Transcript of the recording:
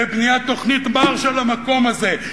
בבניית תוכנית בת-קיימא של המקום הזה,